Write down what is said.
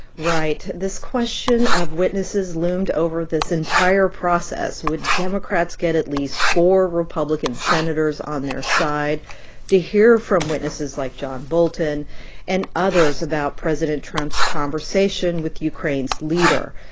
right. this question of witnesses loomed over this entire process. would democrats get at least four republican senators on their side to hear from witnesses like john bolton and others about president trump's conversation with ukraine's leader?